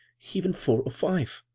even four or five.